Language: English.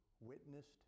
witnessed